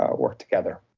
ah work together.